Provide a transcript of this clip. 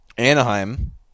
anaheim